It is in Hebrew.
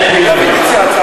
אין פינויים.